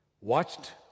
watched